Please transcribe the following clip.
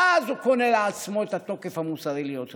ואז הוא קונה לעצמו את התוקף המוסרי להיות רוב.